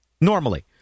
normally